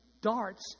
darts